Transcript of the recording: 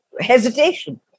hesitation